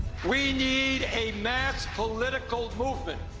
we need a mass political movement,